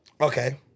Okay